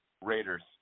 Raiders